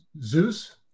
Zeus